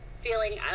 feeling